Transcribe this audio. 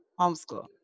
homeschool